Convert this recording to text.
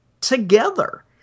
together